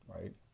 Right